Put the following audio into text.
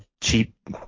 cheap